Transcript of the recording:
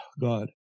God